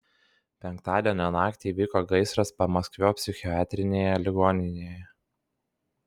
penktadienio naktį įvyko gaisras pamaskvio psichiatrinėje ligoninėje